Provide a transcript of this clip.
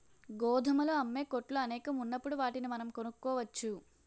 గోధుమలు అమ్మే కొట్లు అనేకం ఉన్నప్పుడు వాటిని మనం కొనుక్కోవచ్చు